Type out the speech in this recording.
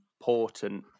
important